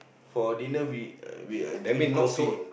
for dinner we we are doing coffee